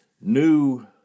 new